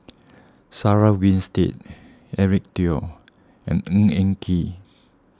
Sarah Winstedt Eric Teo and Ng Eng Kee